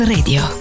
Radio